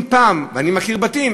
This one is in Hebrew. אני מכיר בתים,